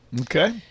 Okay